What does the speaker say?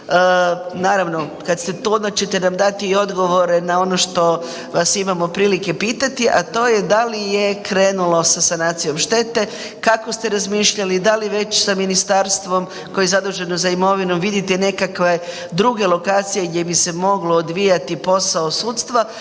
naravno kad ste tu onda ćete nam dati i odgovore na ono što vas imamo prilike pitati, a to je da li je krenulo sa sanacijom štete, kako ste razmišljali, da li već sa ministarstvom koje je zaduženo za imovinu vidite nekakve druge lokacije gdje bi se mogao odvijati posao sudstva